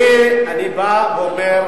אני בא ואומר,